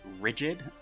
rigid